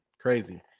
crazy